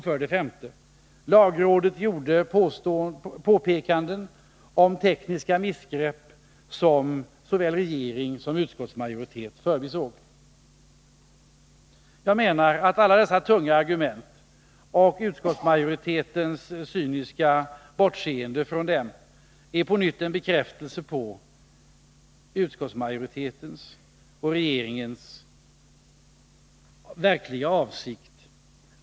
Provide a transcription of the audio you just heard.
För det femte: Lagrådet gjorde påpekanden om tekniska missgrepp som såväl regering som utskottsmajoritet förbisåg. Jag menar att utskottsmajoritetens cyniska bortseende från alla dessa tunga argument på nytt är en bekräftelse av utskottsmajoritetens och regeringens verkliga avsikt.